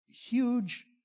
huge